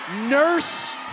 nurse